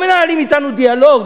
לא מנהלים אתנו דיאלוג,